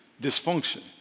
dysfunction